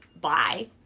bye